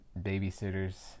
babysitters